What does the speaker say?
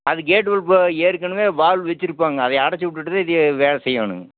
அது கேட்டு உள்ப ஏற்கனவே வால்வு வச்சிருப்பாங்க அதைய அடச்சிவிட்டுட்டு தான் இதையே வேலை செய்யணங்க